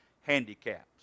handicaps